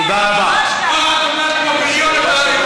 אני קורא אותך לסדר פעם ראשונה.